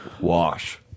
wash